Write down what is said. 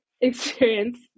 experience